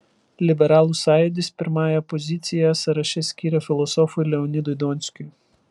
liberalų sąjūdis pirmąją poziciją sąraše skyrė filosofui leonidui donskiui